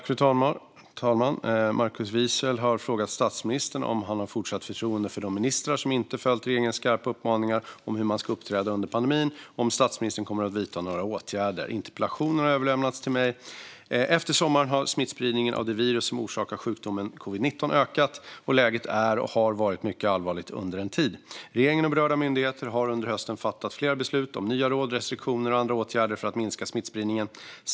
Fru talman! har frågat statsministern om han har fortsatt förtroende för de ministrar som inte har följt regeringens skarpa uppmaningar om hur man ska uppträda under pandemin och om statsministern kommer att vidta några åtgärder. Interpellationen har överlämnats till mig. Efter sommaren har smittspridningen av det virus som orsakar sjukdomen covid-19 ökat, och läget är och har varit mycket allvarligt under en tid. Regeringen och berörda myndigheter har under hösten fattat flera beslut om nya råd, restriktioner och andra åtgärder för att minska smittspridningen.